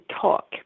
talk